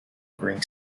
greek